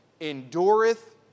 endureth